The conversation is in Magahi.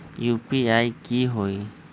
यू.पी.आई की होई?